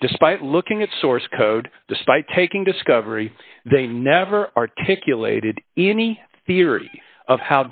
despite looking at source code despite taking discovery they never articulated any theory of how